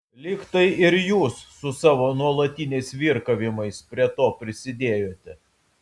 lyg tai ir jūs su savo nuolatiniais virkavimais prie to prisidėjote